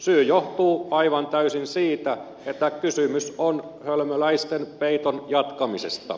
syy johtuu aivan täysin siitä että kysymys on hölmöläisten peiton jatkamisesta